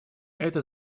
это